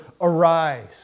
Arise